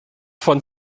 von